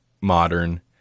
modern